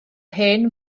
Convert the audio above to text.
hen